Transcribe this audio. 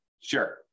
Sure